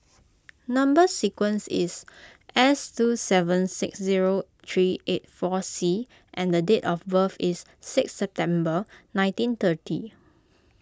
Number Sequence is S two seven six zero three eight four C and the date of birth is six September nineteen thirty